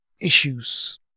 issues